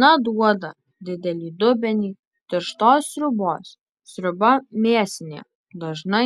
na duoda didelį dubenį tirštos sriubos sriuba mėsinė dažnai